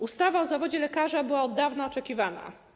Ustawa o zawodzie lekarza była od dawna oczekiwana.